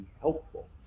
helpful